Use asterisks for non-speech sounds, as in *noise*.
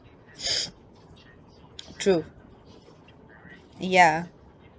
*noise* true ya